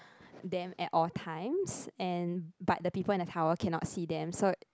them at all times and but the people in the tower cannot see them so